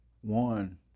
One